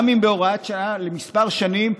גם אם בהוראת שעה לכמה שנים,